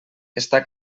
està